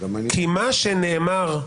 מה שנאמר,